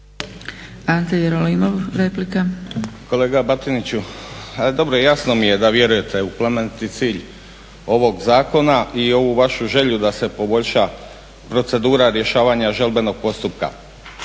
**Jerolimov, Ante (HDZ)** Kolega Batiniću dobro jasno mi je da vjerujete u plemeniti cilj ovog zakona i ovu vašu želju da se poboljša procedura rješavanja žalbenog postupka.